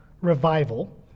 revival